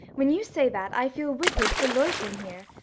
when you say that, i feel wicked for loitering here.